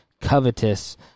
covetous